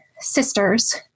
sisters